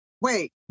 wait